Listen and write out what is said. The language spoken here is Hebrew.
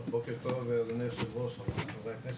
בוקר טוב אדוני היושב ראש, חברי הכנסת,